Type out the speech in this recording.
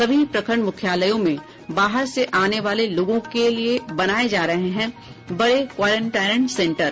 सभी प्रखंड मुख्यालयों में बाहर से आने वाले लोगों के लिए बनाये जा रहे हैं बड़े क्वारेंटाइन सेन्टर